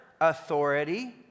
authority